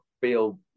feel